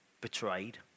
betrayed